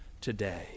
today